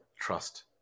trust